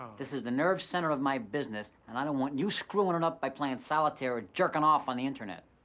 this is the nerve center of my business and i don't want you screwin' it up by playing solitaire or jerkin' off on the internet.